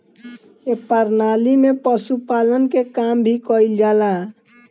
ए प्रणाली में पशुपालन के काम भी कईल जाला